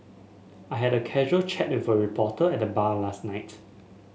I had a casual chat with a reporter at the bar last night